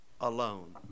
Alone